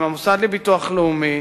עם המוסד לביטוח לאומי,